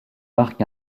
marquent